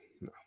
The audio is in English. no